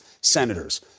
senators